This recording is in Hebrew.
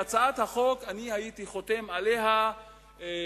ואני הייתי חותם עליה מייד,